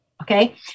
Okay